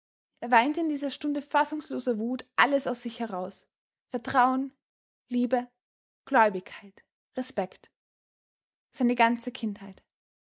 er weinte in dieser stunde fassungsloser wut alles aus sich heraus vertrauen liebe gläubigkeit respekt seine ganze kindheit